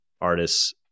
artists